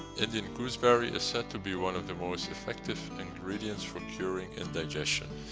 indian gooseberry is said to be one of the most effective ingredients for curing indigestion.